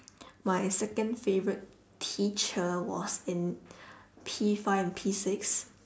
my second favourite teacher was in P five and P six